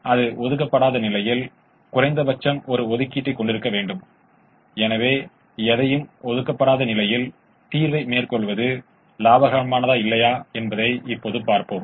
எனவே இது அதிகபட்சமயமாக்கல் முதன்மையானது எனவே 10X1 9X2 3X1 3X2 ≤ 21 4X1 3X2 ≤ 24 X1 X2 ≥ 0 க்கு உட்பட்டது